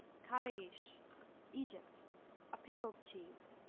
kareish egypt a pickled cheese,